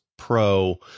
Pro